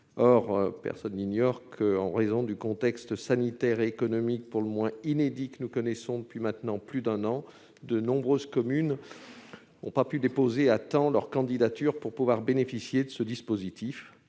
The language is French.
Or personne n'ignore que, en raison du contexte sanitaire et économique pour le moins inédit que nous connaissons depuis maintenant plus d'un an, de nombreuses communes n'ont pas pu déposer à temps leur candidature pour bénéficier de ce dispositif.